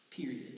period